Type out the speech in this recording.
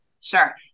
Sure